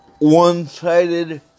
one-sided